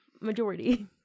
majority